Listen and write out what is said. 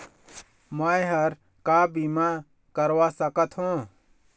मैं हर का बीमा करवा सकत हो?